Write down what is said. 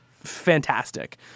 fantastic